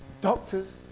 doctors